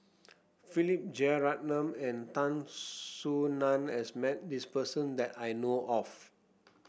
Philip Jeyaretnam and Tan Soo Nan has met this person that I know of